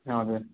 हजुर